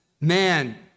man